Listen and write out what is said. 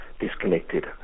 disconnected